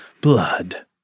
Blood